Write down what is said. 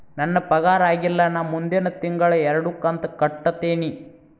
ನನ್ನ ಪಗಾರ ಆಗಿಲ್ಲ ನಾ ಮುಂದಿನ ತಿಂಗಳ ಎರಡು ಕಂತ್ ಕಟ್ಟತೇನಿ